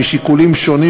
משיקולים שונים,